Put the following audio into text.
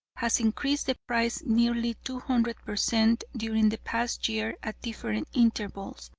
has increased the price nearly two hundred per cent, during the past year at different intervals,